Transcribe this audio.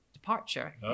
departure